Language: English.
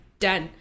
done